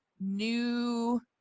new